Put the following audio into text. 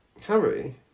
Harry